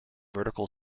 vertical